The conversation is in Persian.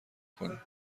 کنیم